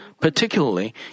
Particularly